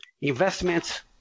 investments